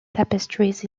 tapestries